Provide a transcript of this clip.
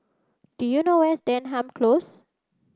do you know where is Denham Close